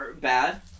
bad